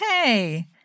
hey